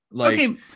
Okay